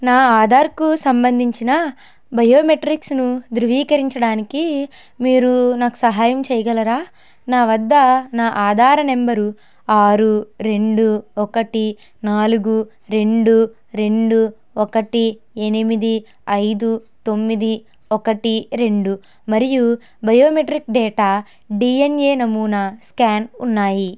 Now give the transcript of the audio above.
నా ఆధార్కు సంబంధించిన బయోమెట్రిక్స్ను ధృవీకరించడానికి మీరు నాకు సహాయం చెయ్యగలరా నా వద్ద నా ఆధార్ నంబరు ఆరు రెండు ఒకటి నాలుగు రెండు రెండు ఒకటి ఎనిమిది ఐదు తొమ్మిది ఒకటి రెండు మరియు బయోమెట్రిక్ డేటా డీఎన్ఏ నమూనా స్కాన్ ఉన్నాయి